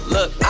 Look